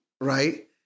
right